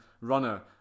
runner